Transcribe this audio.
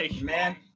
man